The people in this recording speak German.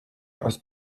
das